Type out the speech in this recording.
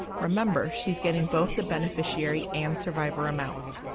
remember, she's getting both the beneficiary and survivor amounts.